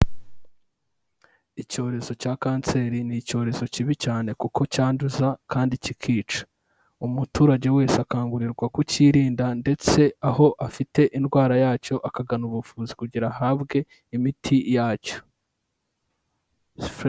Icyorezo cya kanseri ni icyorezo kibi cyane kuko cyanduza kandi kikica, umuturage wese akangurirwa kucyirinda ndetse aho afite indwara yacyo akagana ubuvuzi kugira ahabwe imiti yacyo.